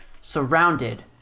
surrounded